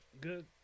Good